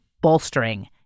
bolstering